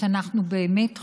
שאנחנו באמת חוסכים,